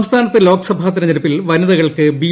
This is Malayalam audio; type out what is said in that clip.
സംസ്ഥാനത്ത് ലോക്സഭാ തിരഞ്ഞെടുപ്പിൽ വനിതകൾക്ക് ബി